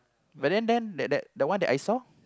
but then then that that one that I saw